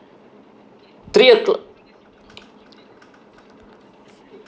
three o'clock